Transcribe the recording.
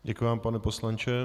Děkuji vám, pane poslanče.